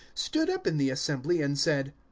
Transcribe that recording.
stood up in the assembly, and said,